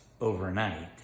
overnight